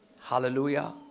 Hallelujah